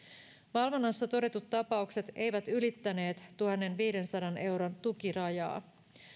valvonnassa todetut tapaukset eivät ylittäneet tuhannenviidensadan euron tukirajaa